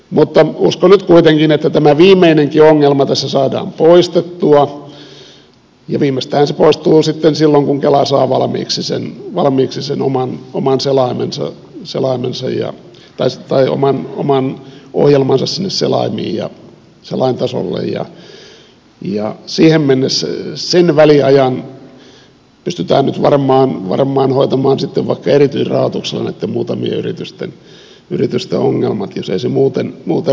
mutta uskon nyt kuitenkin että tämä viimeinenkin ongelma tässä saadaan poistettua ja viimeistäänhän se poistuu sitten silloin kun kela saa valmiiksi sen valmiiksi sanomaan oman selaimensa salaa nousu ja lasta ilman oman ohjelmansa sinne selaimiin selaintasolle ja siihen mennessä sen väliajan pystytään nyt varmaan hoitamaan sitten vaikka erityisrahoituksella näitten muutamien yritysten ongelmat jos ei se muuten ratkea